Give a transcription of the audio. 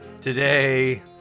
today